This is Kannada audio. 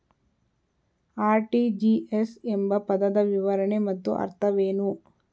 ಆರ್.ಟಿ.ಜಿ.ಎಸ್ ಎಂಬ ಪದದ ವಿವರಣೆ ಮತ್ತು ಅರ್ಥವೇನು?